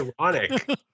ironic